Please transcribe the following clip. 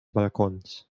balcons